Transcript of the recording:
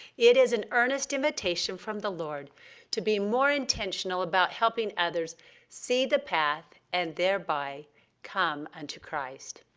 it is an earnest invitation from the lord to be more intentional about helping others see the path and thereby come unto christ.